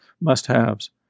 must-haves